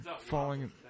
falling